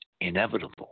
inevitable